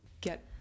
get